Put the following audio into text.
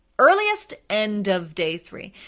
earliest, end of day three,